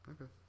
Okay